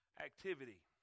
activity